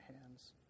hands